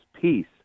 peace